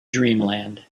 dreamland